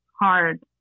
hard